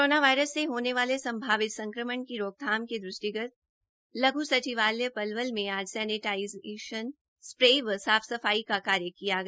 corona virus से होने वाले संभावित संकमण की रोकथाम के दृष्टिगत लघु सचिवालय पलवल में आज सैनेटाईजर स्प्रे व साफ सफाई का कार्य किया गया